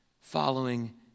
following